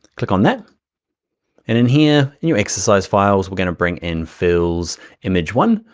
click on that. and in here, new exercise files we're gonna bring in fills image one,